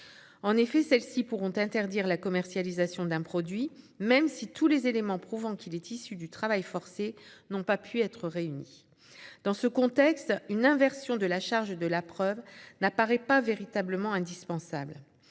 En effet, celles-ci pourront interdire la commercialisation d'un produit même si tous les éléments prouvant qu'il est issu du travail forcé n'ont pas pu être réunis. Dans ce contexte, une inversion de la charge de la preuve n'apparaît pas véritablement indispensable.